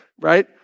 right